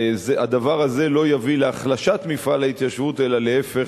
הדבר הזה לא יביא להיחלשות מפעל ההתיישבות אלא להיפך,